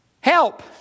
Help